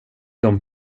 dem